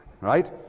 right